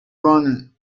gurnee